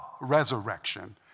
resurrection